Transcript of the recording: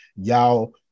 y'all